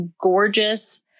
gorgeous